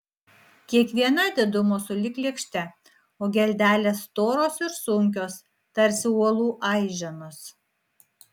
kiekviena didumo sulig lėkšte o geldelės storos ir sunkios tarsi uolų aiženos